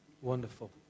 Wonderful